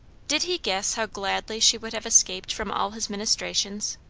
did he guess how gladly she would have escaped from all his ministrations?